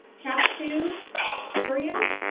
chakshu hurria.